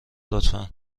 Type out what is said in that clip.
لطفا